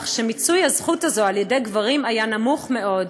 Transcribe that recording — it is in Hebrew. שמיצוי הזכות הזו על-ידי גברים היה נמוך מאוד.